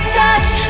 touch